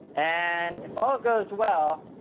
and if all goes well,